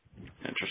Interesting